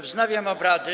Wznawiam obrady.